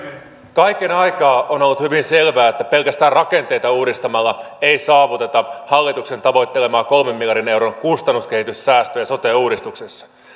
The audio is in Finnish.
kaiken aikaa on ollut hyvin selvää että pelkästään rakenteita uudistamalla ei saavuteta hallituksen tavoittelemaa kolmen miljardin euron kustannuskehityssäästöä sote uudistuksessa